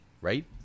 Right